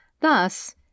Thus